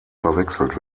verwechselt